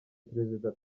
perezida